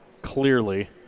clearly